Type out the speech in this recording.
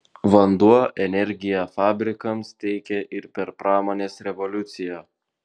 vanduo energiją fabrikams teikė ir per pramonės revoliuciją